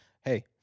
Hey